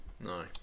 no